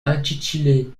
intitulé